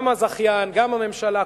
גם הזכיין גם הממשלה,